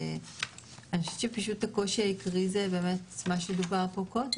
אני חושבת שפשוט הקושי העיקרי זה מה שדובר פה קודם,